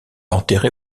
enterré